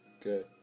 good